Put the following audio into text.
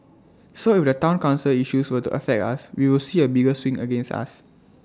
so if the Town Council issues were to affect us we will see A bigger swing against us